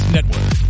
Network